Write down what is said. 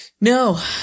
No